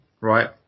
right